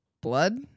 Blood